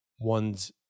ones